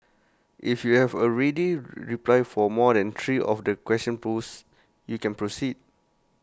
if you have A ready reply for more than three of the questions posed you can proceed